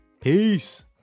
Peace